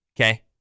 Okay